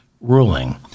ruling